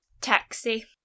Taxi